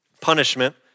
punishment